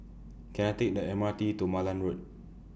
Can I Take The M R T to Malan Road